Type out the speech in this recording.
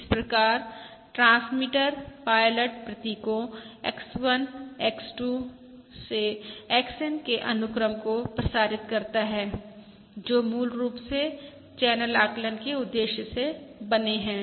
इस प्रकार transmitter pilot प्रतीकों X1 X2 XN के अनुक्रम को प्रसारित करता है जो मूल रूप से चैनल आकलन के उद्देश्य से बने हैं